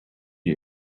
you